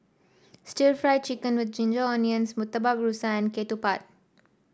stir Fry Chicken with Ginger Onions Murtabak Rusa and ketupat